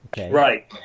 Right